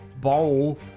bowl